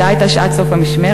השעה הייתה שעת סוף המשמרת,